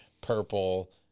purple